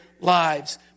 lives